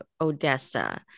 Odessa